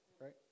Right